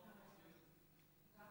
ההצעה